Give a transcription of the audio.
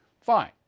fine